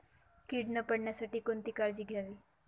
कीड न पडण्यासाठी कोणती काळजी घ्यावी?